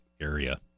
area